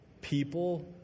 people